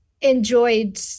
enjoyed